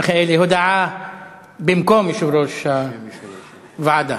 הודעה במקום יושב-ראש הוועדה,